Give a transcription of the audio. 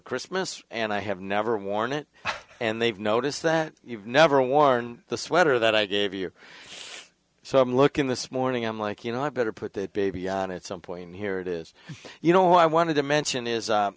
christmas and i have never worn it and they've noticed that you've never worn the sweater that i gave you some look in this morning i'm like you know i better put that baby on it some point here it is you know i wanted to mention is